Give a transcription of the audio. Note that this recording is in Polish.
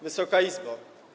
Wysoka Izbo!